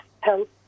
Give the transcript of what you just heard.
help